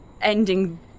ending